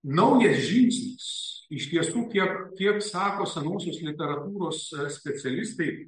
naujas žingsnis iš tiesų kiek kiek sako senosios literatūros specialistai